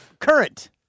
Current